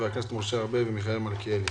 חברי הכנסת משה ארבל ומיכאל מלכיאלי.